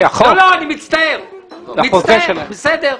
בסדר.